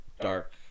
dark